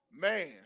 man